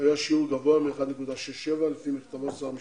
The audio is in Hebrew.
היה שיעור גבוה מ-1.67% לפי מכתבו של שר המשפטים: